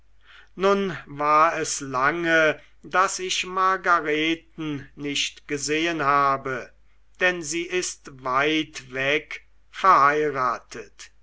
nun war es lange daß ich margareten nicht gesehen habe denn sie ist weit weg verheiratet